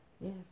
Yes